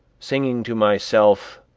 singing to myself